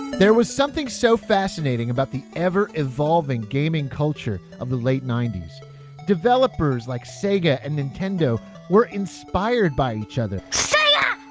there was something so fascinating about the ever evolving gaming culture of the late ninety s developers like sega and nintendo were inspired by eachother sega!